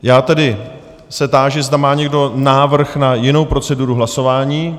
Já tedy se táži, zda má někdo návrh na jinou proceduru hlasování.